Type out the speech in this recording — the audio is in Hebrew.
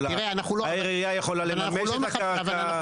העירייה יכולה לממש את הקרקע.